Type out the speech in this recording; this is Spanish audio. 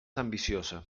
ambiciosa